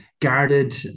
guarded